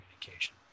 communication